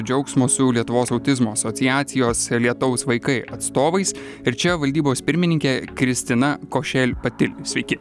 džiaugsmo su lietuvos autizmo asociacijos lietaus vaikai atstovais ir čia valdybos pirmininkė kristina košel patil sveiki